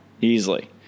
easily